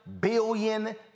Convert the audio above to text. billion